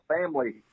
family